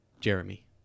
Jeremy